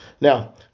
Now